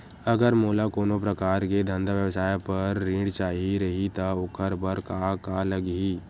अगर मोला कोनो प्रकार के धंधा व्यवसाय पर ऋण चाही रहि त ओखर बर का का लगही?